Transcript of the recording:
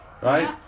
right